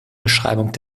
beschreibung